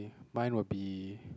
mine will be